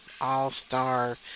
all-star